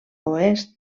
oest